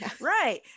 right